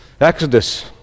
Exodus